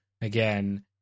again